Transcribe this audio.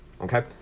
Okay